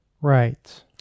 Right